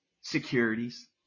securities